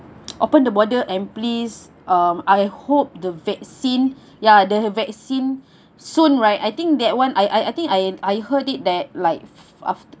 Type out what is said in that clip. open the border and please um I hope the vaccine ya the vaccine soon right I think that one I I think I I heard it that like